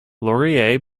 laurier